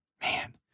man